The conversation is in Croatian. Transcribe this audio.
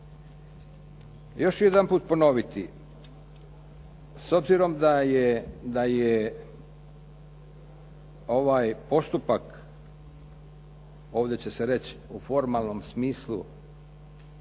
Još ću jedanput ponoviti, s obzirom da je ovaj postupak ovdje će se reći u formalnom smislu